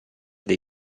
dei